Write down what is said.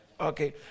Okay